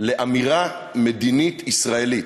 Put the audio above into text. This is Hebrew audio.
לאמירה מדינית ישראלית.